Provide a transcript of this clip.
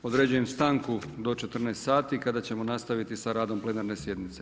Određujem stanku do 14,00 sati kada ćemo nastaviti sa radom plenarne sjednice.